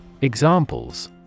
Examples